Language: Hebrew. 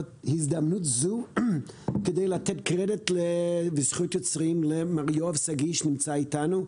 הזדמנות זו כדי לתת קרדיט וזכות יוצרים למר יואב שגיא שנמצא אתנו.